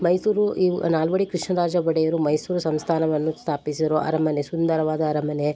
ಮೈಸೂರು ಇವು ನಾಲ್ವಡಿ ಕೃಷ್ಣರಾಜ ಒಡೆಯರು ಮೈಸೂರು ಸಂಸ್ಥಾನವನ್ನು ಸ್ಥಾಪಿಸಿರುವ ಅರಮನೆ ಸುಂದರವಾದ ಅರಮನೆ